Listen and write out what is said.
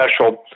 special